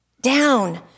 Down